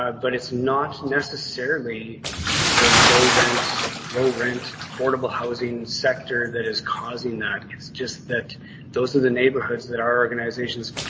ah but it's not necessarily the low rent, low rent, affordable housing sector that is causing that. it's just that those are the neighborhoods that are organisations.